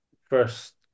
first